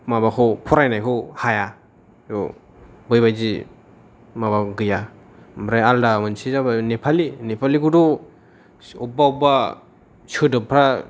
माबाखौ फरायनायखौ हाया औ बैबादि माबा गैया ओमफ्राय आलादा मोनसे जाबाय नेपालि नेपालिखौथ' सो अबेबा अबेबा सोदोबफ्रा